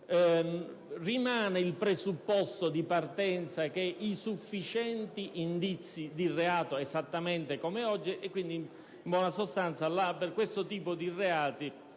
Rimane il presupposto di partenza, cioè i sufficienti indizi di reato, esattamente come oggi; quindi, in buona sostanza, per questo tipo di reati